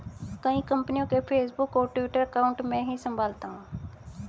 कई कंपनियों के फेसबुक और ट्विटर अकाउंट मैं ही संभालता हूं